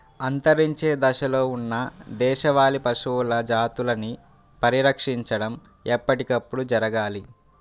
అంతరించే దశలో ఉన్న దేశవాళీ పశువుల జాతులని పరిరక్షించడం ఎప్పటికప్పుడు జరగాలి